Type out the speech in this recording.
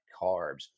carbs